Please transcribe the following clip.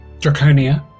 Draconia